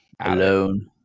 alone